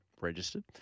registered